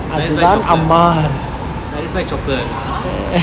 so just buy chocolate ya so just buy chocolate lah ah